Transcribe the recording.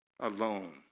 alone